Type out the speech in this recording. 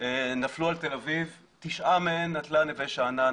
ופשיעה נפלו על תל אביב, תשעה מהם נטלה נווה שאנן.